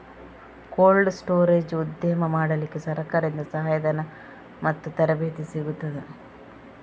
Cold storage ಉದ್ಯಮ ಮಾಡಲಿಕ್ಕೆ ಸರಕಾರದಿಂದ ಸಹಾಯ ಧನ ಮತ್ತು ತರಬೇತಿ ಸಿಗುತ್ತದಾ?